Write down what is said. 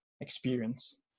experience